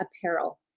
apparel